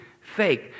fake